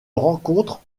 rencontre